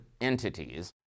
entities